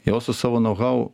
jos su savo nauhau